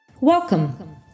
Welcome